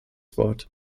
wort